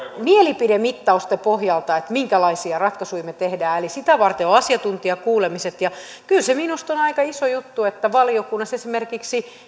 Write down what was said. mielipidemittausten pohjalta minkälaisia ratkaisuja me teemme sitä varten ovat asiantuntijakuulemiset ja kyllä se minusta on aika iso juttu että valiokunnassa esimerkiksi